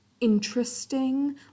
interesting